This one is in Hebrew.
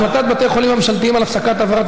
החלטת בתי החולים הממשלתיים על הפסקת העברת